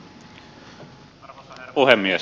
arvoisa herra puhemies